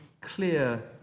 clear